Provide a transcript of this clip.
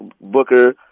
Booker